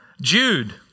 Jude